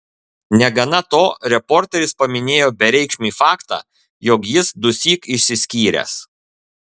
negana to reporteris paminėjo bereikšmį faktą jog jis dusyk išsiskyręs